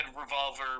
Revolver